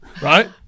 Right